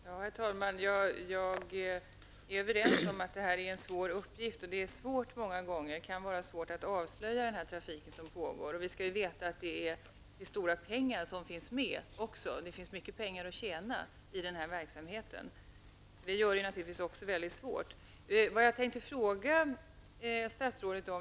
Herr talman! Jag är överens med Bengt Lindqvist om att detta är en svår uppgift. Och det kan många gånger vara svårt att avslöja den trafik som pågår. Och vi skall vara medvetna om att det är fråga om stora pengar, det finns mycket pengar att tjäna i denna verksamhet, vilket gör denna fråga mycket svår.